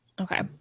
Okay